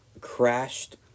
crashed